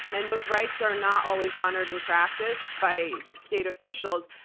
and those rights are not always honored in practice by state officials,